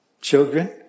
children